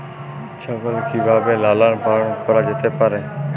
ছাগল কি ভাবে লালন পালন করা যেতে পারে?